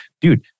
dude